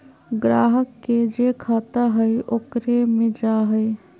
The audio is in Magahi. ग्राहक के जे खाता हइ ओकरे मे जा हइ